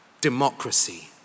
democracy